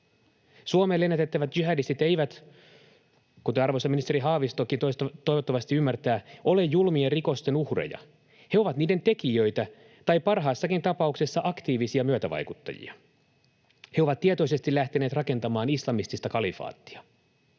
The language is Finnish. Suomeen lennätettävät jihadistit eivät, kuten arvoisa ministeri Haavistokin toivottavasti ymmärtää, ole julmien rikosten uhreja. He ovat niiden tekijöitä tai parhaassakin tapauksessa aktiivisia myötävaikuttajia. He ovat tietoisesti lähteneet rakentamaan islamistista kalifaattia.